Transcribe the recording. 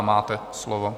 Máte slovo.